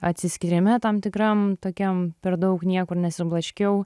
atsiskyrime tam tikram tokiam per daug niekur nesiblaškiau